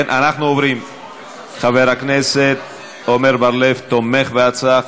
חבר הכנסת עמר בר-לב תומך בהצעה.